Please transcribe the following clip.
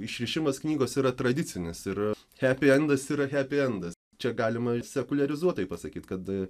išrišimas knygos yra tradicinis ir hepiendas yra hepiendas čia galima ir sekuliarizuotai pasakyt kad